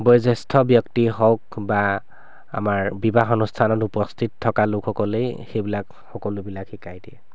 বয়োজ্যেষ্ঠ ব্যক্তি হওক বা আমাৰ বিবাহ অনুষ্ঠানত উপস্থিত থকা লোকসকলেই সেইবিলাক সকলোবিলাক শিকাই দিয়ে